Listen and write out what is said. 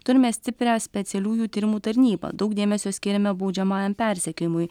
turime stiprią specialiųjų tyrimų tarnybą daug dėmesio skiriame baudžiamajam persekiojimui